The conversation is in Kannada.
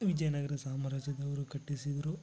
ವಿಜಯನಗರ ಸಾಮ್ರಾಜ್ಯದವರು ಕಟ್ಟಿಸಿದರು